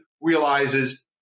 realizes